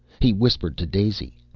he whispered to daisy,